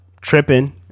tripping